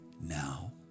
now